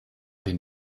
den